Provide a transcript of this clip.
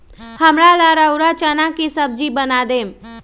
हमरा ला रउरा चना के सब्जि बना देम